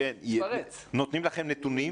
נותנים לכם נתונים?